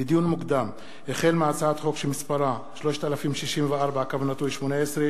לדיון מוקדם: החל בהצעת חוק פ/3064/18 וכלה בהצעת חוק פ/3103/18,